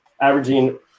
averaging